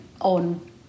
on